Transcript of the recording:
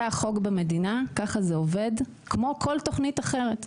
זה החוק במדינה, ככה זה עובד, כמו כל תכנית אחרת.